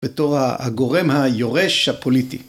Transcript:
בתור הגורם היורש הפוליטי.